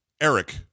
Eric